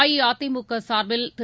அஇஅதிமுக சார்பில் திரு